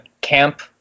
camp